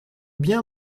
bien